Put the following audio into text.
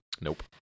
nope